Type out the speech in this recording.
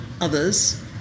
others